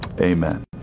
Amen